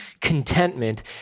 contentment